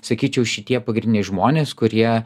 sakyčiau šitie pagrindiniai žmonės kurie